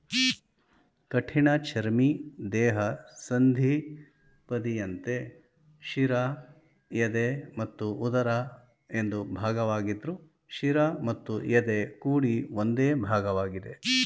ಕಠಿಣಚರ್ಮಿ ದೇಹ ಸಂಧಿಪದಿಯಂತೆ ಶಿರ ಎದೆ ಮತ್ತು ಉದರ ಎಂದು ಭಾಗವಾಗಿದ್ರು ಶಿರ ಮತ್ತು ಎದೆ ಕೂಡಿ ಒಂದೇ ಭಾಗವಾಗಿದೆ